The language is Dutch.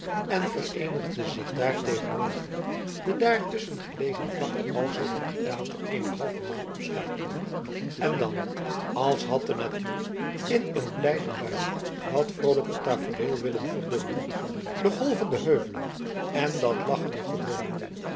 en vereenigde zich daar tegenover de daar tusschen gelegen vlakte alzoo in de gedaante eener halve maan omsluitende en dan als had de natuur in een blijde luim dat vroolijke tafereel willen verdubbelen die golvende heuvelen en dat lachend geboomte